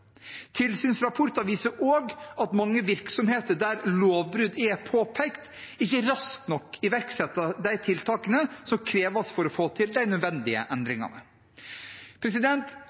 Tilsynsrapporter viser også at mange virksomheter der lovbrudd er påpekt, ikke raskt nok iverksetter de tiltakene som kreves for å få til de nødvendige endringene.